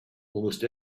almost